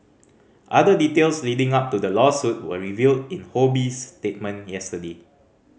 other details leading up to the lawsuit were revealed in Ho Bee's statement yesterday